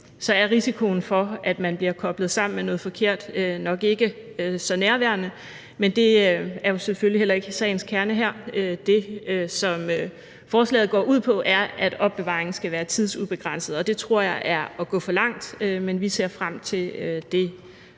er risikoen for, at man bliver koblet sammen med noget forkert, nok ikke så nærværende, men det er jo selvfølgelig heller ikke sagens kerne her. Det, som forslaget går ud på, er, at opbevaringen skal være tidsubegrænset, og det tror jeg er at gå for langt. Men vi ser frem til det